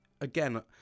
again